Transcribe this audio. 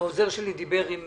העוזר שלי דיבר עם